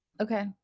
Okay